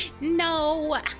no